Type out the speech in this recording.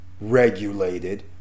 regulated